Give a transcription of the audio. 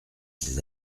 ses